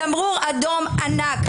תמרור אדום ענק.